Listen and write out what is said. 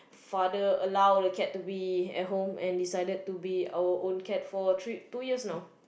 father allow the cat to be at home and decided to be our own cat for three two years now